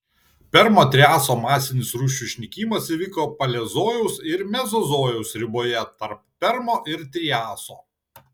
permo triaso masinis rūšių išnykimas įvyko paleozojaus ir mezozojaus riboje tarp permo ir triaso